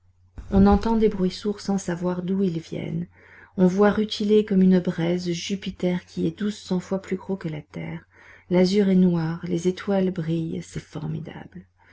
on entend des bruits sourds sans savoir d'où ils viennent on voit rutiler comme une braise jupiter qui est douze cents fois plus gros que la terre l'azur est noir les étoiles brillent c'est formidable